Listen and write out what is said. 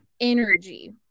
energy